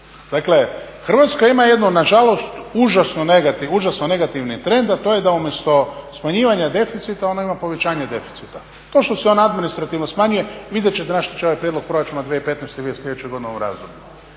Dakle, Hrvatska ima jednu nažalost užasno negativnu, užasno negativni trend a to je da umjesto smanjivanja deficita ona ima povećanje deficita. To što se on administrativno smanjujete, vidjet ćete na što će ovaj prijedlog proračuna 2015. vidjeti